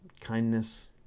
kindness